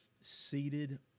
seated